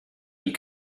you